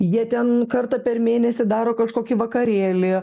jie ten kartą per mėnesį daro kažkokį vakarėlį